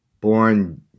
born